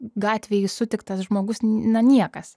gatvėj sutiktas žmogus na niekas